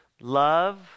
Love